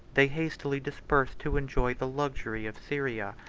they hastily dispersed to enjoy the luxury, of syria.